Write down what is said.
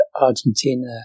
Argentina